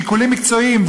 שיקולים מקצועיים,